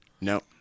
Nope